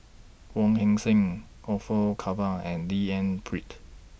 Wong Heck Sing Orfeur Cavenagh and D N Pritt